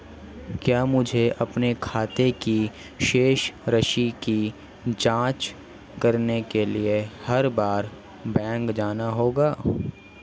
क्या मुझे अपने खाते की शेष राशि की जांच करने के लिए हर बार बैंक जाना होगा?